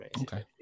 Okay